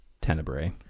Tenebrae